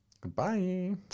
Goodbye